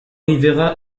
rivera